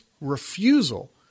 refusal